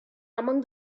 among